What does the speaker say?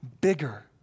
bigger